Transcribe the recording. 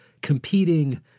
competing